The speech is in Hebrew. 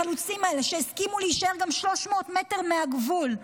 החלוצים האלה, שהסכימו להישאר גם 300 מטר מהגבול,